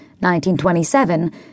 1927